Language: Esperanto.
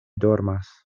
dormas